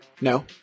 No